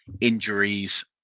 injuries